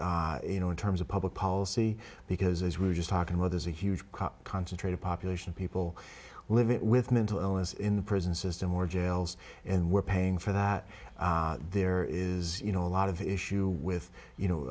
you know in terms of public policy because as we were just talking about there's a huge concentrated population of people living with mental illness in the prison system or jails and we're paying for that there is you know a lot of issue with you know